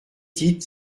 titre